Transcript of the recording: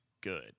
good